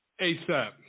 ASAP